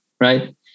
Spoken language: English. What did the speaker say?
right